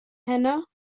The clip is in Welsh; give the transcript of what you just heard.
heno